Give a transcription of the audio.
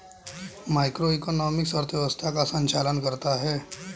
macroeconomics अर्थव्यवस्था का संचालन करता है